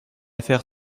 affaire